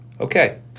Okay